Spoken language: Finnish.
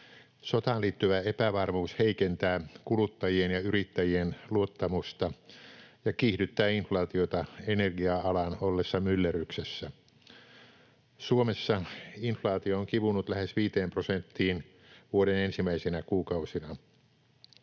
Sotaan liittyvä epävarmuus heikentää kuluttajien ja yrittäjien luottamusta ja kiihdyttää inflaatiota energia-alan ollessa myllerryksessä. Suomessa inflaatio on kivunnut lähes viiteen prosenttiin vuoden ensimmäisinä kuukausina.